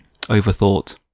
overthought